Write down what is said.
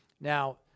Now